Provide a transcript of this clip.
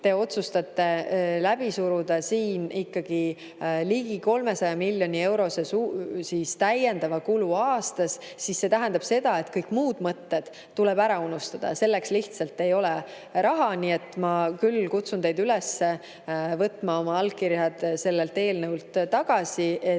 te otsustate siin läbi suruda ligi 300 miljoni eurose täiendava kulu aastas, siis see tähendab seda, et kõik muud mõtted tuleb ära unustada. Lihtsalt ei ole raha. Nii et ma kutsun teid üles võtma oma allkirjad sellelt eelnõult tagasi ja